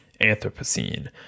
Anthropocene